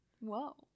Whoa